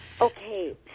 Okay